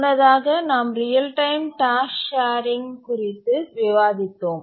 முன்னதாக நாம் real time task sharing குறித்து விவாதித்தோம்